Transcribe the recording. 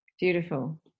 beautiful